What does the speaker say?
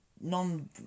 non